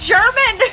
German